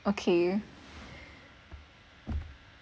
okay